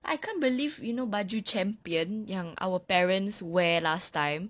I can't believe you know baju champion yang our parents wear last time